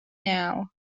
now